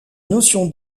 notion